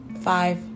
five